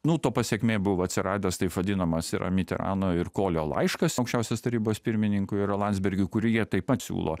nu to pasekmė buvo atsiradęs taip vadinamas yra miterano ir kolio laiškas aukščiausios tarybos pirmininkui yra landsbergiui kur jie taip pat siūlo